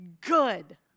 good